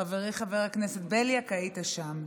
חברי חבר הכנסת בליאק, היית שם.